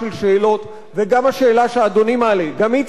וגם השאלה שאדוני מעלה צריכה להיבדק.